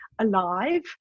alive